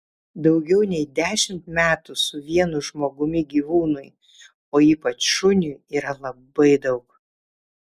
daugiau nei dešimt metų su vienu žmogumi gyvūnui o ypač šuniui yra labai daug